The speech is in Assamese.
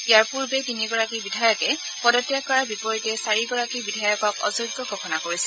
ইয়াৰ পূৰ্বে তিনিগৰাকী বিধায়কে পদত্যাগ কৰাৰ বিপৰীতে চাৰিগৰাকী বিধায়কক অযোগ্য ঘোষণা কৰিছিল